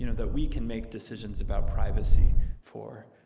you know that we can make decisions about privacy for?